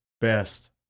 best